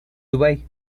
dubái